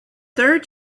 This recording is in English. third